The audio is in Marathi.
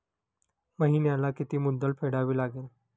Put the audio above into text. महिन्याला किती मुद्दल फेडावी लागेल?